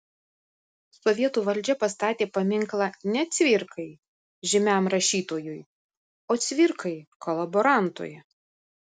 sovietų valdžia pastatė paminklą ne cvirkai žymiam rašytojui o cvirkai kolaborantui